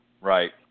Right